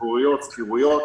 חכירויות ושכירויות.